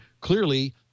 clearly